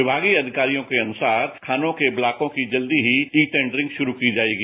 विभागीय अधिकारियों के अन्सार खानों के ब्लॉकों की जल्दी ही ई टेंडरिंग शुरू की जाएगी